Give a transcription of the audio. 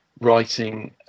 writing